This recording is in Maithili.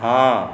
हॅं